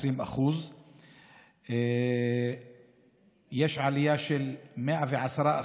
20%. יש עלייה של 110%